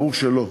ברור שלא.